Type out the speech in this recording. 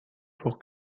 pour